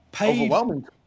Overwhelming